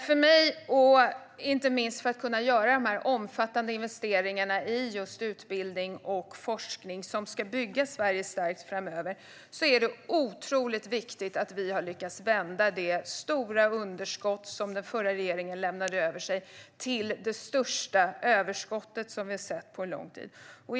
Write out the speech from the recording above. För att kunna göra inte minst dessa omfattande investeringar i just utbildning och forskning, som ska bygga Sverige starkt framöver, är det otroligt viktigt att vi har lyckats vända det stora underskott som den förra regeringen lämnade efter sig till det största överskott vi har sett på lång tid.